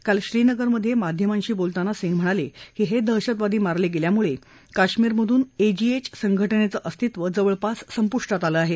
काल श्रीनगर मध्ये माध्यमांशी बोलताना सिंग म्हणाले की हे दहशतवादी मारले गेल्यामुळे काश्मीरमधून एजीएव संघटनेचे अस्तित्व जवळपास संपुष्ठात आलं आहे